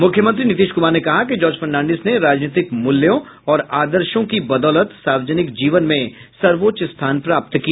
मुख्यमंत्री नीतीश कुमार ने कहा कि जॉर्ज फर्नांडिस ने राजनीतिक मूल्यों और आदर्शों की बदौलत सार्वजनिक जीवन में सर्वोच्च स्थान प्राप्त किया